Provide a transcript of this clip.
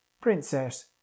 Princess